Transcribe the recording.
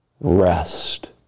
Rest